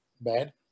bad